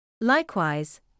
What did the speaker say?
Likewise